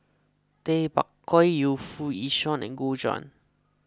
Tay Bak Koi Yu Foo Yee Shoon and Gu Juan